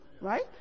right